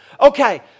okay